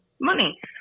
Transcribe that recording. money